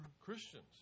Christians